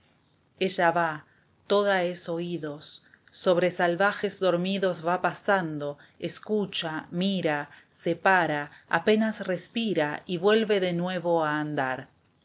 ella vá toda es oídos sobre salvajes dormidos va pasando escucha mira se para apenas respira y vuelve de nuevo a andar